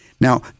Now